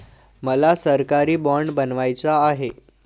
मला सरकारी बाँड बनवायचा आहे